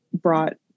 brought